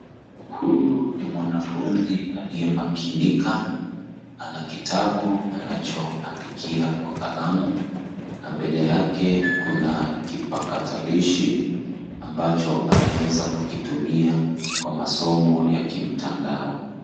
Huyu ni mwanafunzi aliyemakinika. Ana kitabu anachoandikia kwa kalamu na mbele yake kuna kipakatilishi ambacho anaweza kukitumia kwa masomo ya kimtandao.